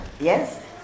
Yes